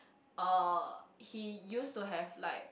uh he used to have like